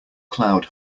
cloud